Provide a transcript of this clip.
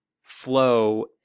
flow